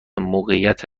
موقعیت